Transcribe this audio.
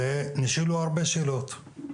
נשאלו הרבה שאלות,